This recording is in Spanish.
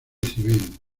civil